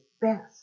best